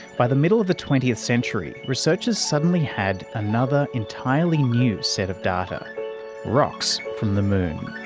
by the middle of the twentieth century researchers suddenly had another entirely new set of data rocks from the moon.